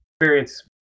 experience